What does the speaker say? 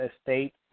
Estate